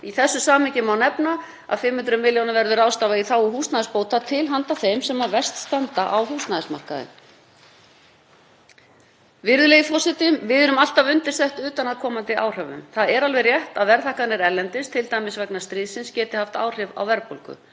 Í þessu samhengi má nefna að 500 milljónum verður ráðstafað í þágu húsnæðisbóta til handa þeim sem verst standa á húsnæðismarkaði. Virðulegi forseti. Við erum alltaf undirsett utanaðkomandi áhrifum. Það er alveg rétt að verðhækkanir erlendis, t.d. vegna stríðsins, geta haft áhrif verðbólgu